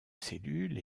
cellules